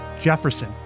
Jefferson